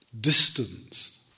distance